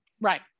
Right